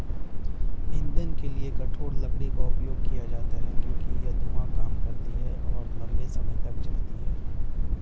ईंधन के लिए कठोर लकड़ी का उपयोग किया जाता है क्योंकि यह धुआं कम करती है और लंबे समय तक जलती है